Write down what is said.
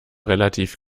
relativ